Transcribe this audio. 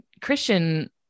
christian